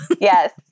Yes